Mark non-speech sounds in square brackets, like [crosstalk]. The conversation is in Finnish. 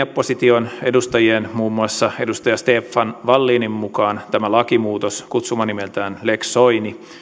[unintelligible] opposition edustajien muun muassa edustaja stefan wallinin mukaan tämä lakimuutos kutsumanimeltään lex soini